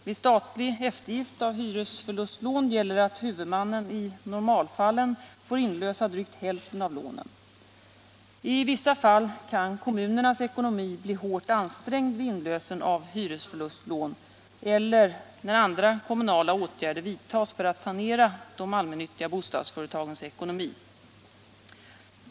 Vid statlig eftergift av hyresförlustlån gäller att huvudmannen i normalfallen får inlösa drygt hälften av lånen. I vissa fall kan kommunernas ekonomi bli hårt ansträngd vid inlösen av hyresförlustlån eller när andra kommunala åtgärder vidtas för att sanera de allmännyttiga bostadsföretagens ekonomi.